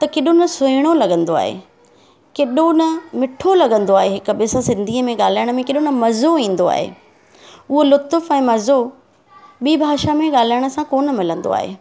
त केॾो न सुहिणो लॻंदो आहे केॾो न मिठो लॻंदो आहे कॾहिं असां सिंधी में ॻाल्हाइण में केॾो न मज़ो ईंदो आहे उहो लुत्फ़ु ऐं मज़ो ॿी भाषा में ॻाल्हाइण सां कोन मिलंदो आहे